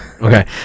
Okay